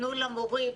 תנו למורים,